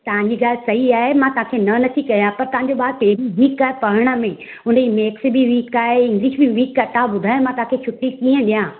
तव्हांजी ॻाल्हि सही आहे मां तव्हांखे न नथी कयां पर तव्हांजे ॿारु पहिरीं वीक आहे पढ़ण में हुनजी मेथ्स बि वीक आहे इंग्लिश बि वीक आहे तव्हां ॿुधायो मां तव्हांखे छुट्टी कीअं ॾियां